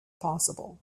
possible